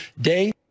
day